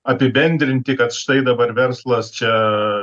apibendrinti kad štai dabar verslas čia